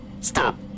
Stop